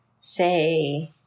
say